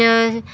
ନା